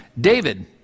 David